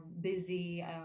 busy